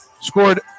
scored